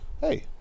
Hey